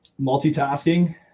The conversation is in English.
multitasking